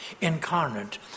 incarnate